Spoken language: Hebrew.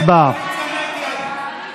הצבעה.